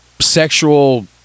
sexual